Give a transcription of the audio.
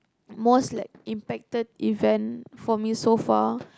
most like impacted event for me so far